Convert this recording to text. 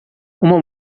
uma